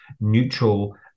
neutral